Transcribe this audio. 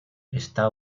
está